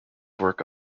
work